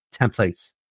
templates